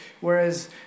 Whereas